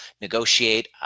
negotiate